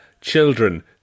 children